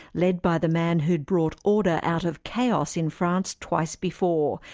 led by the man who'd brought order out of chaos in france twice before,